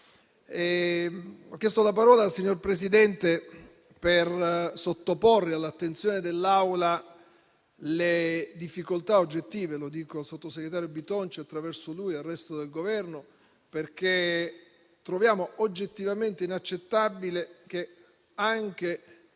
Ho chiesto la parola, signor Presidente, per sottoporre all'attenzione dell'Assemblea alcune difficoltà oggettive - mi rivolgo al sottosegretario Bitonci e, attraverso lui, al resto del Governo - perché troviamo oggettivamente inaccettabile che anche